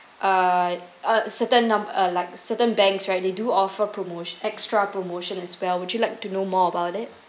uh uh certain number like certain banks right they do offer promotion extra promotion as well would you like to know more about it